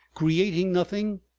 creating nothing,